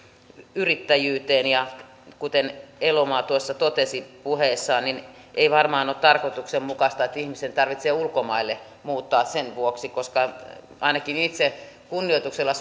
yrittäjyyteen ja kuten elomaa tuossa totesi puheessaan ei varmaan ole tarkoituksenmukaista että ihmisen tarvitsee ulkomaille muuttaa sen vuoksi ainakin itse suhtaudun kunnioituksella